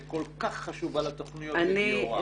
אבל חשוב שתהיה ישיבת מעקב על התוכניות שגיורא ציין.